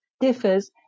differs